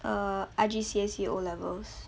err R_G_C_S_E O levels